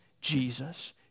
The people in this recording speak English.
Jesus